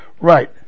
right